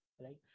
Right